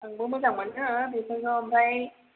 आंबो मोजां मोनो बेफोरखौ ओमफाय